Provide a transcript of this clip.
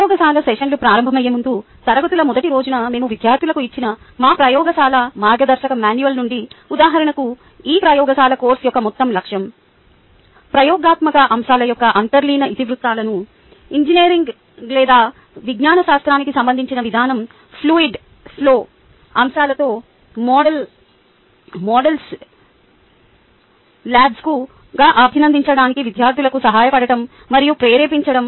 ప్రయోగశాల సెషన్లు ప్రారంభమయ్యే ముందు తరగతుల మొదటి రోజున మేము విద్యార్థులకు ఇచ్చిన మా ప్రయోగశాల మార్గదర్శక మాన్యువల్ నుండి ఉదాహరణకు ఈ ప్రయోగశాల కోర్సు యొక్క మొత్తం లక్ష్యం ప్రయోగాత్మక అంశాల యొక్క అంతర్లీన ఇతివృత్తాలను ఇంజనీరింగ్ లేదా విజ్ఞాన శాస్త్రానికి సంబంధించిన విధానం ఫ్లూయిడ్ ఫ్లో అంశాలతో మోడల్ సబ్జెక్టుగా అభినందించడానికి విద్యార్థులకు సహాయపడటం మరియు ప్రేరేపించడం